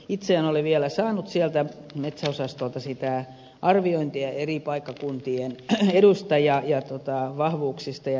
itse en ole vielä saanut sieltä metsäosastolta sitä arviointia eri paikkakuntien eduista ja vahvuuksista ja niin edelleen